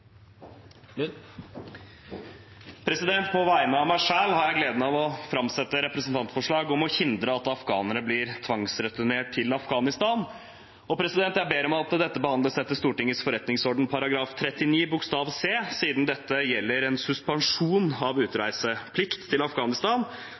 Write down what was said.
På vegne av meg selv har jeg gleden av å framsette et representantforslag om å hindre at afghanere blir tvangsreturnert til Afghanistan. Jeg ber om at forslaget blir behandlet etter Stortingets forretningsorden § 39 c, siden dette gjelder en suspensjon av